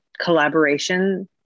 collaboration